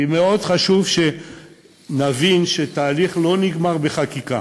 כי מאוד חשוב שנבין שהתהליך לא נגמר בחקיקה,